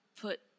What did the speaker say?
put